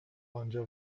آنجا